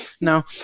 Now